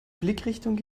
blickrichtung